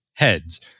heads